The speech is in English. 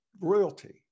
royalty